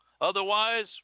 Otherwise